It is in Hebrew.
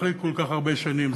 אחרי כל כך הרבה שנים.